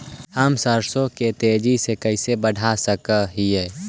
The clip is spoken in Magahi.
हम सरसों के तेजी से कैसे बढ़ा सक हिय?